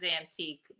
antique